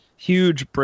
Huge